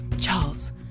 Charles